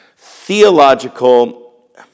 Theological